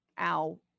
ow